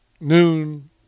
noon